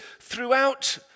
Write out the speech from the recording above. throughout